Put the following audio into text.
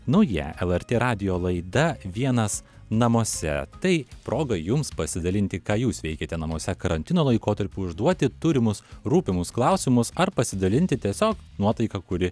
nauja lrt radijo laida vienas namuose tai proga jums pasidalinti ką jūs veikiate namuose karantino laikotarpiu užduoti turimus rūpimus klausimus ar pasidalinti tiesiog nuotaika kuri